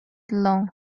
long